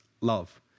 love